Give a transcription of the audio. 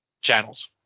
channels